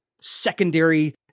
secondary